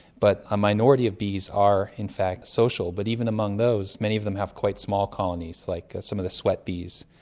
but a minority of bees are in fact social, but even among those many of them have quite small colonies, like some of the sweat bees,